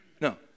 No